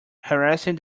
harassing